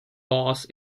boss